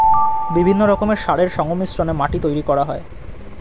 বিভিন্ন রকমের সারের সংমিশ্রণে মাটি তৈরি করা হয়